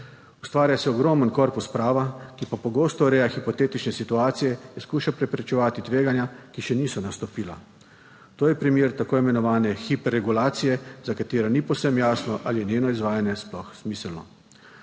Ustvarja se ogromen korpus prava, ki pa pogosto ureja hipotetične situacije in skuša preprečevati tveganja, ki še niso nastopila. To je primer tako imenovane hiperregulacije, za katero ni povsem jasno, ali je njeno izvajanje sploh smiselno.